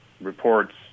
reports